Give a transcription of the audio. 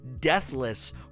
deathless